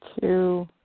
Two